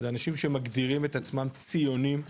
זה אנשים שמגדירים את עצמם ציונים,